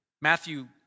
Matthew